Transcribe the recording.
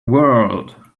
world